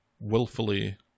willfully